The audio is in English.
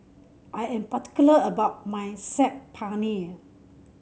I am particular about my Saag Paneer